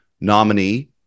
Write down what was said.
nominee